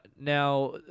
now